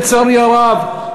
לצערי הרב,